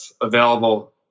available